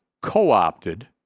co-opted